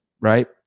right